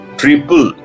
triple